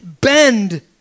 bend